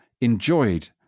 enjoyed